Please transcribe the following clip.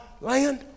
land